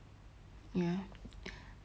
oh ya then like recently right